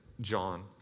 john